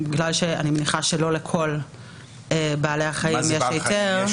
אני מניחה שלא לכל בעלי החיים נדרש היתר,